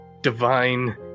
divine